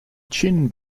chin